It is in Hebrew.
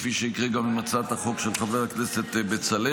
כפי שיקרה גם עם הצעת החוק של חבר הכנסת בצלאל.